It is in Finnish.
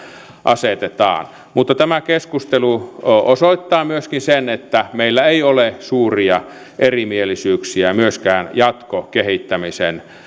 asetetaan mutta tämä keskustelu osoittaa myöskin sen että meillä ei ole suuria erimielisyyksiä myöskään jatkokehittämisen